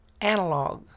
analog